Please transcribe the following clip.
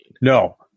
No